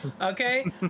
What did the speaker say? Okay